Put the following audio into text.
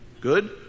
Good